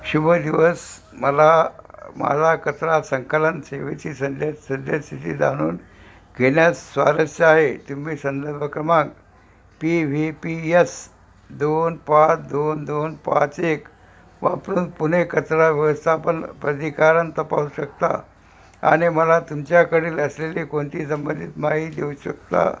शुभ दिवस मला मला कचरा संकलन सेवेची सद्य सद्यस्थिती जाणून घेण्यास स्वारस्य आहे तुम्ही संदर्भ क्रमांक पी व्ही पी यस दोन पाच दोन दोन पाच एक वापरून पुणे कचरा व्यवस्थापन प्राधिकरण तपासू शकता आणि मला तुमच्याकडील असलेली कोणती संबंधित माई देऊ शकता